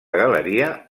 galeria